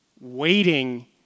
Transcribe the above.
Waiting